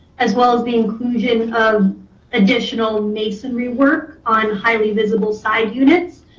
as well as the inclusion of additional masonry work on highly visible side units.